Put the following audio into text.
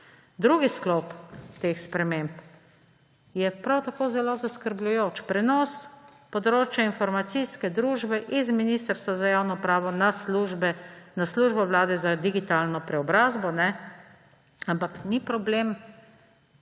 Drugi sklop teh sprememb je prav tako zelo zaskrbljujoč. Prenos področja informacijske družbe iz Ministrstva za javno upravo na službo Vlade za digitalno preobrazbo, ampak ni problem